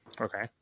Okay